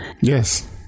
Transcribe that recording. Yes